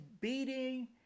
beating